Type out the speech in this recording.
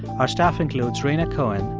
our staff includes rhaina cohen,